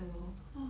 ya lor